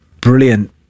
brilliant